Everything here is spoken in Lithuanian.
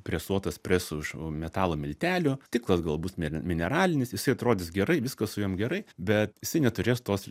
presuotas presu iš metalo miltelių stiklas gal bus mėl mineralinis jisai atrodys gerai viskas su juom gerai bet jisai neturės tos